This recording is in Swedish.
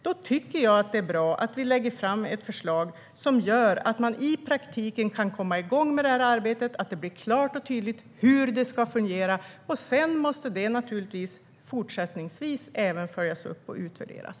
Då tycker jag att det är bra att vi lägger fram ett förslag som gör att man i praktiken kan komma igång med det arbetet och att det blir klart och tydligt hur det ska fungera. Sedan måste det även fortsättningsvis följas upp och utvärderas.